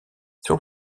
son